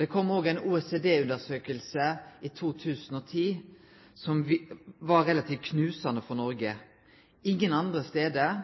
Det kom òg ei OECD-undersøking i 2010 som var relativt knusande for Noreg. Ingen andre stader